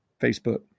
Facebook